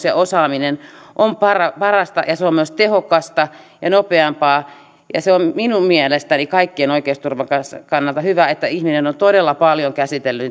ja osaaminen on parasta parasta ja se on myös tehokasta ja nopeampaa se on minun mielestäni kaikkien oikeusturvan kannalta hyvä että ihminen on todella paljon käsitellyt